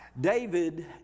David